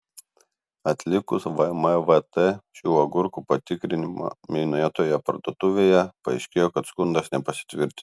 atlikus vmvt šių agurkų patikrinimą minėtoje parduotuvėje paaiškėjo kad skundas nepasitvirtino